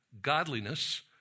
godliness